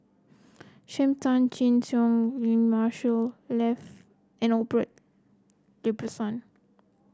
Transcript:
Sam Tan Chin Siong Marshall Ibbetson